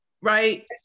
right